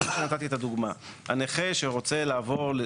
נתתי את הדוגמא של נכה שרוצה לעבור,